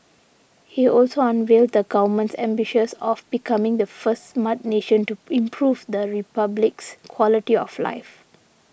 he also unveiled the Government's ambitions of becoming the first Smart Nation to improve the Republic's quality of life